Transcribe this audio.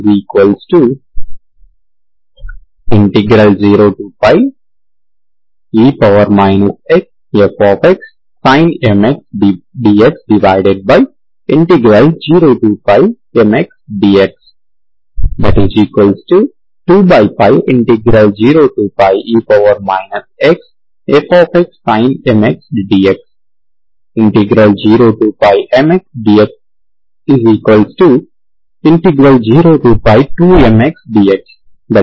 cm0e xfxsin mx dx0mx dx20e xfxsin mx dx ∵ 0mx dx02mx dx2 ని ఇస్తుంది